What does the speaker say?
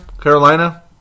Carolina